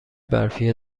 برفی